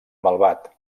malvat